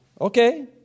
Okay